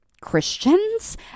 Christians